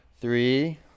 three